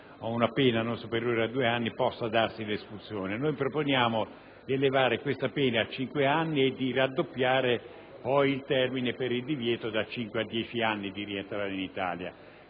ad una pena non superiore ai due anni, possa darsi l'espulsione. Noi proponiamo di elevare questa pena a cinque anni e di raddoppiare il termine del divieto a rientrare in Italia